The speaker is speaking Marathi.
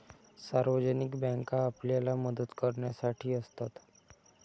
सार्वजनिक बँका आपल्याला मदत करण्यासाठी असतात